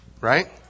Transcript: right